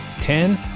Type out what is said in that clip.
Ten